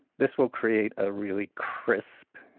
this will create a really crisp,